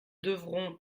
devront